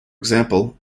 example